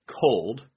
cold